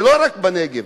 ולא רק בנגב,